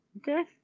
okay